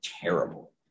terrible